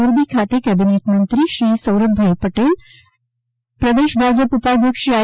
મોરબી ખાતે કેબિનેટમંત્રી શ્રી સૌરભભાઇ પટેલ પ્રદેશ ભાજપ ઉપાધ્યક્ષ શ્રી આઇ